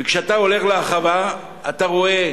וכשאתה הולך להרחבה אתה רואה